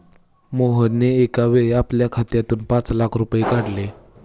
मोहनने एकावेळी आपल्या खात्यातून पाच लाख रुपये काढले